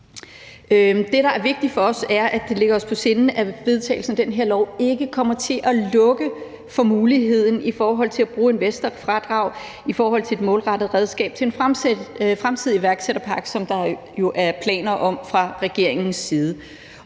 Det, der er vigtigt for os, og som ligger os på sinde, er, at vedtagelsen af den her lov ikke kommer til at lukke for muligheden for at bruge investorfradrag i forhold til et målrettet redskab til en fremtidig iværksætterpakke, som der jo er planer om fra regeringens side.